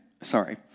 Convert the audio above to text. sorry